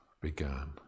began